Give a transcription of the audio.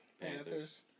Panthers